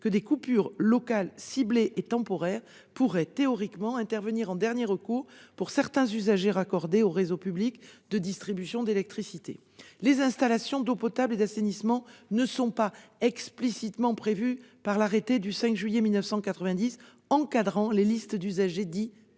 des coupures locales, ciblées et temporaires pourraient théoriquement intervenir en dernier recours pour certains usagers raccordés aux réseaux publics de distribution d'électricité. Les installations d'eau potable et d'assainissement ne figurent pas explicitement dans l'arrêté du 5 juillet 1990 fixant les catégories d'usagers dits « prioritaires ».